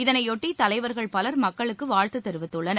இதனையொட்டி தலைவர்கள் பலர் மக்களுக்கு வாழ்த்து தெரிவித்துள்ளனர்